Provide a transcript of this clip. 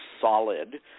solid